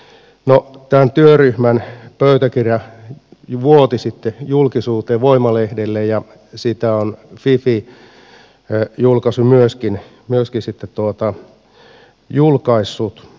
no tämän työryhmän pöytäkirja vuoti sitten julkisuuteen voima lehdelle ja sitä on myös fifi sitten julkaissut